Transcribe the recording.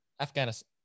Afghanistan